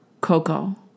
Coco